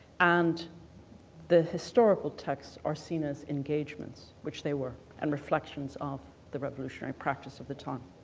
and the historical texts are seen as engagements, which they were. and reflections of the revolutionary practice of the time.